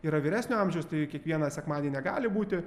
yra vyresnio amžiaus tai kiekvieną sekmadienį negali būti